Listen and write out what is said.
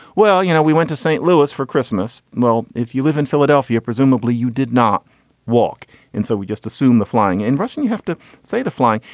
well, you know, we went to saint lewis for christmas. well, if you live in philadelphia, presumably you did not walk in. so we just assume the flying in russian, you have to say the flying.